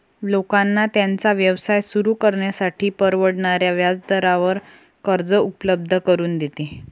लोकांना त्यांचा व्यवसाय सुरू करण्यासाठी परवडणाऱ्या व्याजदरावर कर्ज उपलब्ध करून देते